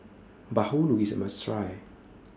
Bahulu IS A must Try